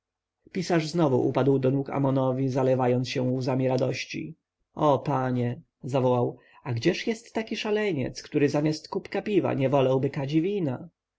pisarz znowu upadł do nóg amonowi zalewając się łzami radości o panie wołał a gdzież jest taki szaleniec który zamiast kubka piwa nie wolałby kadzi wina